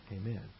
Amen